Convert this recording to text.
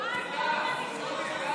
די כבר עם הקשקוש הזה,